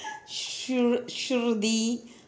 Shruthi